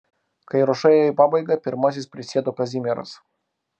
kai ruoša ėjo į pabaigą pirmasis prisėdo kazimieras